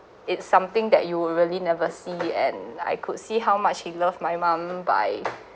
it's something that you were really never see and I could see how much he loved my mum by